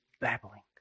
babbling